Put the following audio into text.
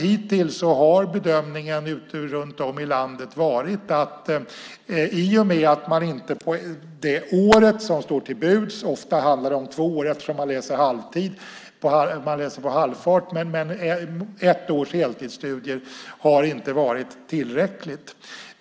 Hittills har bedömningen runt om i landet varit att ett års heltidsstudier - ofta handlar det om två år eftersom man läser på halvfart - inte har varit tillräckliga.